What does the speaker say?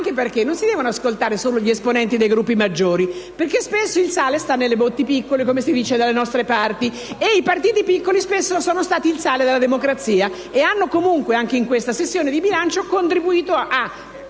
Credo che non si debbano ascoltare soltanto gli esponenti dei Gruppi maggiori, perché spesso il vino buono sta nelle botti piccole, come si dice dalle nostre parti, e i partiti piccoli spesso sono stati il sale della democrazia; e anche in questo sessione di bilancio hanno contribuito ad